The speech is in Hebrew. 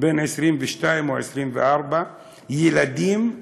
22 או 24 ילדים,